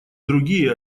другие